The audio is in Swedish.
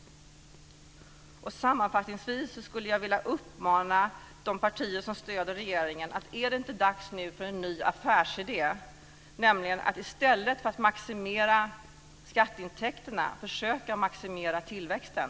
Sammanfattningsvis skulle jag vilja uppmana de partier som stöder regeringen: Är det inte dags nu för en ny affärsidé, nämligen att i stället för att maximera skatteintäkterna försöka maximera tillväxten?